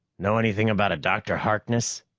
know anything about a dr. harkness?